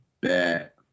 bet